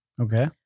Okay